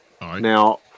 Now